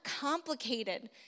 complicated